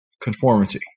conformity